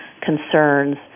concerns